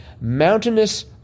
Mountainous